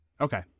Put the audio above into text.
Okay